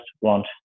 want